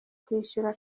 kwishyura